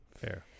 fair